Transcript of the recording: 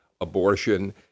abortion